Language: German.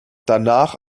danach